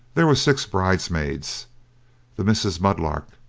there were six bridesmaids the misses mudlark.